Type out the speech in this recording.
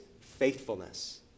faithfulness